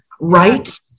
Right